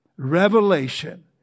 revelation